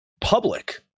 public